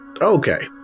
Okay